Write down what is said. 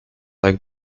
like